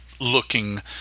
looking